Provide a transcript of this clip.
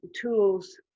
tools